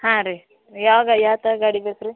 ಹಾಂ ರೀ ಯಾವಾಗ ಯಾವ ಥರ ಗಾಡಿ ಬೇಕು ರೀ